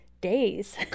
days